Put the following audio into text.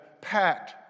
packed